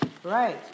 Right